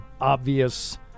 obvious